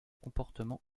comportement